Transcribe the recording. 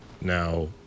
Now